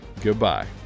Goodbye